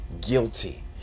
guilty